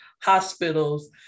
hospitals